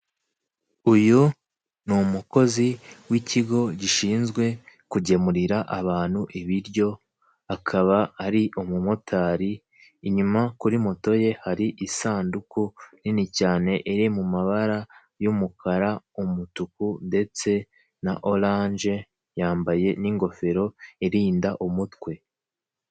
Uyu ni umukozi w'ikigo gishinzwe kugemurira abantu ibiryo, akaba ari umumotari inyuma kuri moto ye hari isanduku nini cyane iri mu mabara y'umukara, umutuku ndetse na oranje, yambaye n'ingofero irinda umutwe.